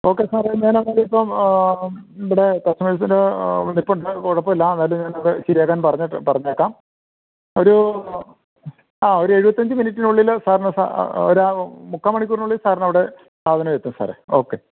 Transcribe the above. okay സാറെ ഞാന് അവിടെ ഇപ്പോൾ ഇവിടെ കസ്റ്റമേഴ്സിൻ്റെ അവിടെ നിൽപ്പുണ്ട് കുഴപ്പം ഇല്ല വില ഞാൻ അവിടെ ശരിയാക്കാൻ പറഞ്ഞിട്ട് പറഞ്ഞേക്കാം ഒരു ആ ഒരു എഴുപത്തഞ്ച് മിനിറ്റുനുള്ളിൽ സാറിന് സ ഒര മുക്കാൽ മണിക്കൂറിനുള്ളിൽ സാറിന് അവിടെ സാധനം എത്തും സാറെ ഓക്കെ